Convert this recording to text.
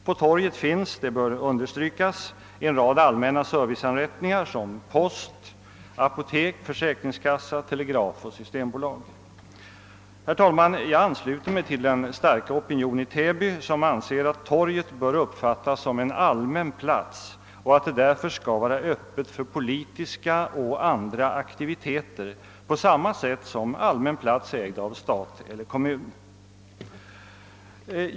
Vid torget finns det, det bör understrykas, en rad allmänna «serviceinrättningar såsom post, apotek, försäkringskassa, telegraf och systembolag. Herr talman! Jag ansluter mig till den starka opinion i Täby som anser att torget bör uppfattas som allmän plats och att det därför skall vara öppet för politiska och andra aktiviteter på samma sätt som allmän plats ägd av stat eller kommun.